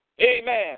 Amen